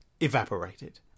evaporated